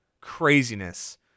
Craziness